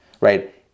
Right